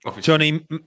Johnny